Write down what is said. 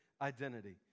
identity